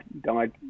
died